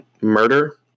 murder